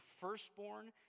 firstborn